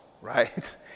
right